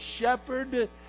shepherd